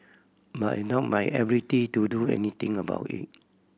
but I doubted my ability to do anything about it